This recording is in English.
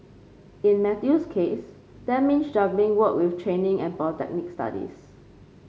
in Matthew's case that means juggling work with training and polytechnic studies